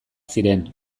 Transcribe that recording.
ziren